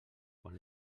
quan